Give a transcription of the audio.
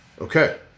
Okay